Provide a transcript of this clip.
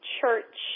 church